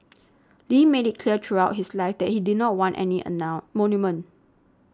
Lee made it clear throughout his life that he did not want any monument